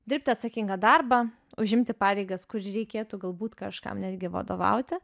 dirbti atsakingą darbą užimti pareigas kur reikėtų galbūt kažkam netgi vadovauti